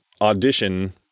audition